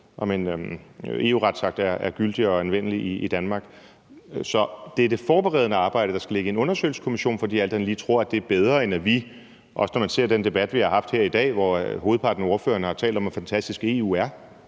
om en EU-retsakt er gyldig og anvendelig i Danmark, så det er det forberedende arbejde, der skal ligge i en undersøgelseskommission, fordi jeg alt andet lige tror, det er bedre, også når man ser den debat, vi har haft her i dag, hvor hovedparten af ordførerne har talt om, hvor fantastisk EU er.